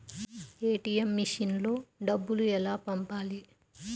ATM మెషిన్లో డబ్బులు ఎలా పంపాలి?